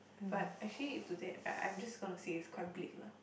but actually to that I I'm just gonna say it's quite bleak lah